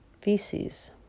feces